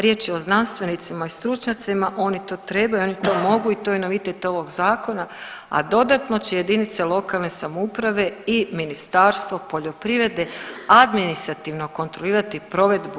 Riječ je o znanstvenicima i stručnjacima oni to trebaju, oni to mogu i to je novitet ovog zakona, a dodatno će jedinice lokalne samouprave i Ministarstvo poljoprivrede administrativno kontrolirati provedbu.